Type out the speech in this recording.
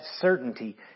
certainty